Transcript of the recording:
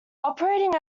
operating